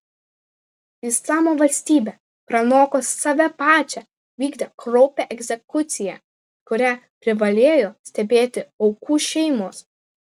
islamo valstybė pranoko save pačią vykdė kraupią egzekuciją kurią privalėjo stebėti aukų šeimos